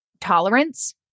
tolerance